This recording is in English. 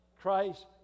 Christ